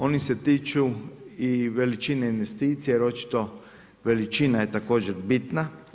Oni se tiču i veličine investicije, jer očito veličina je također bitna.